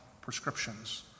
prescriptions